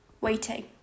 Waiting